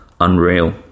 unreal